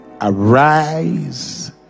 arise